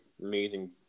amazing